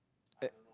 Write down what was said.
at